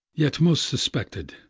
yet most suspected,